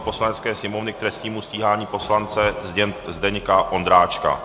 Poslanecké sněmovny k trestnímu stíhání poslance Zdeňka Ondráčka